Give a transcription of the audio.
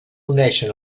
uneixen